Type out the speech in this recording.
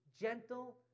gentle